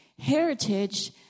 heritage